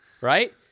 Right